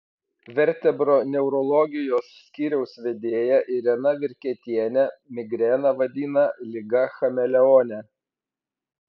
vertebroneurologijos skyriaus vedėja irena virketienė migreną vadina liga chameleone